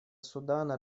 судана